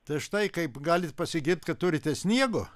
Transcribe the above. tai štai kaip galit pasigirt kad turite sniego